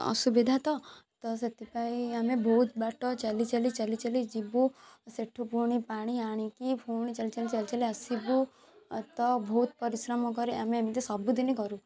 ଅସୁବିଧା ତ ତ ସେଥିପାଇଁ ଆମେ ବହୁତ ବାଟ ଚାଲି ଚାଲି ଚାଲି ଚାଲି ଯିବୁ ସେଠୁ ପୁଣି ପାଣି ଆଣିକି ଫୁଣି ଚାଲି ଚାଲି ଚାଲି ଚାଲି ଆସିବୁ ତ ବହୁତ ପରିଶ୍ରମ କରି ଆମେ ଏମିତି ସବୁଦିନ କରୁ